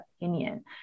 opinion